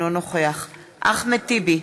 אינו נוכח אחמד טיבי,